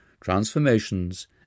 transformations